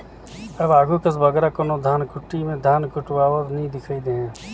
अब आघु कस बगरा कोनो धनकुट्टी में धान कुटवावत नी दिखई देहें